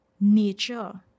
nature